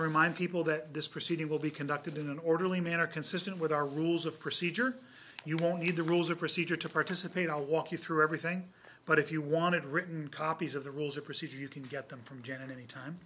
to remind people that this proceeding will be conducted in an orderly manner consistent with our rules of procedure you will need the rules of procedure to participate i'll walk you through everything but if you wanted written copies of the rules of procedure you can get them from jenin any time